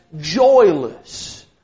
joyless